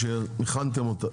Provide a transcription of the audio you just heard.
כשהכנתם אותן,